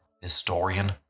historian